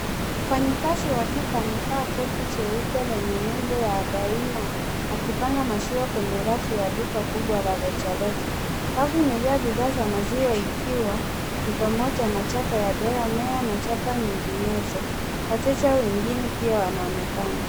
Mfanyikazi wa duka amevaa koti jeupe lenye nembo ya Daima akipanga maziwa kwenye rafu ya duka kubwa la rejareja. Rafu imejaa bidhaa za maziwa ikiwa ni pamoja na chapa ya Delamere na chapa nyinginezo. Wateja wengine pia wanaonekana.